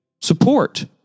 support